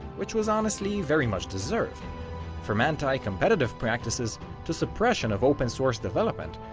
which was honestly very much deserved from anti-competitive practices to suppression of open-source development,